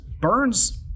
Burns